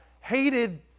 hated